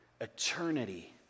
Eternity